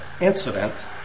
incident